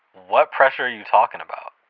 what pressure are you talking about?